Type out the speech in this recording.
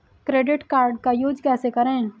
Credit card का use कैसे करें?